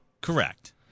Correct